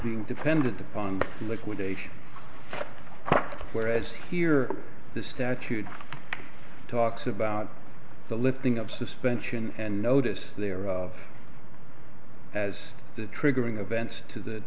being dependent upon liquidation whereas here the statute talks about the lifting of suspension and notice there of as the triggering events to the